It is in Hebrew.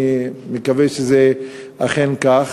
אני מקווה שזה אכן כך.